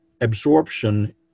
absorption